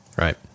Right